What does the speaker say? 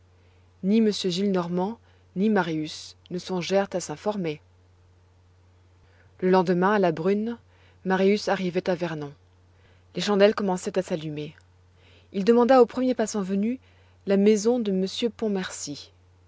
ni m gillenormand ni marius ne songèrent à s'informer le lendemain à la brune marius arrivait à vernon les chandelles commençaient à s'allumer il demanda au premier passant venu la maison de monsieur